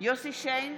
יוסף שיין,